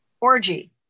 orgy